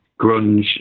grunge